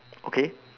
okay